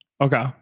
okay